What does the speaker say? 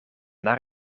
naar